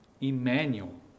Emmanuel